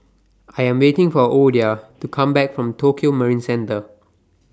I Am waiting For Ouida to Come Back from Tokio Marine Centre